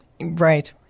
right